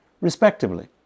respectively